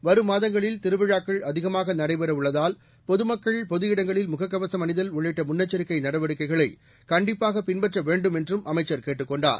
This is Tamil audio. வரும் மாதங்களில் திருவிழாக்கள் அதிகமாக நடைபெறவுள்ளதால் பொதுமக்கள் பொது இடங்களில் முகக்கவசம் அணிதல் உள்ளிட்ட முன்னெச்சரிக்கை நடவடிக்கைகளை கண்டிப்பாக பின்பற்ற வேண்டும் என்றும் அமைச்சர் கேட்டுக் கொண்டார்